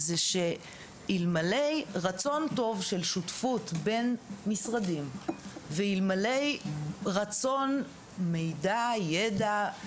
זה שאלמלא רצון טוב של שותפות בין משרדים ואלמלא רצון מידע וידע,